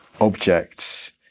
objects